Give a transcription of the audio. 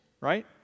right